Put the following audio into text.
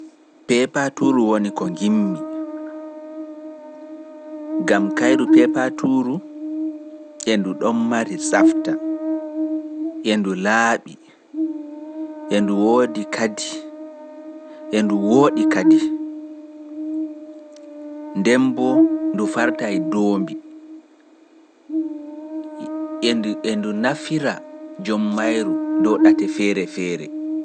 Peepetuji woni ko ngimmi gam e ndu tunnata kadi ndu fartai/tuuɓai doombi e ko lutti pat ɗun yonnki nder wuro ma.